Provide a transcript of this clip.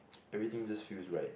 everything just feels right